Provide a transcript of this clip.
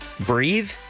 breathe